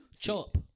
chop